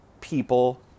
people